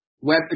web